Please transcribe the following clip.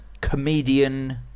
comedian